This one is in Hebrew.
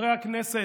חברי הכנסת,